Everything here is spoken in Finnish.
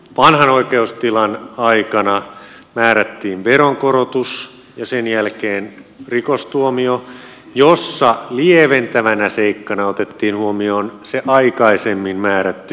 vanhan oikeustilan aikana määrättiin veronkorotus ja sen jälkeen rikostuomio jossa lieventävänä seikkana otettiin huomioon se aikaisemmin määrätty veronkorotus